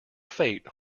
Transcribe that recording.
fate